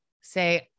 say